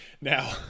now